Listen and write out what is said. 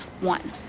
One